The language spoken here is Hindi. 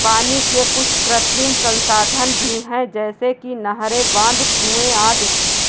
पानी के कुछ कृत्रिम संसाधन भी हैं जैसे कि नहरें, बांध, कुएं आदि